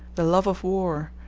the love of war,